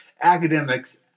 academics